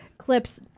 Clips